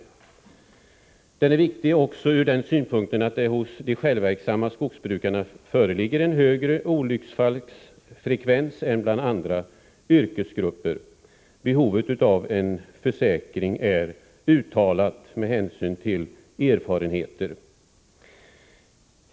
Reservationen är viktig också ur den synpunkten att det hos de självverksamma skogsbrukarna föreligger en högre olycksfallsfrekvens än bland andra yrkesgrupper. Behovet av en försäkring är uttalat med hänsyn till gjorda erfarenheter.